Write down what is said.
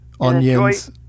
onions